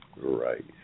right